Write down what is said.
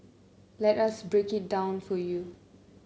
let us break it down for you